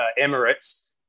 Emirates